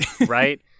right